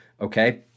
Okay